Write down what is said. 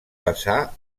vessar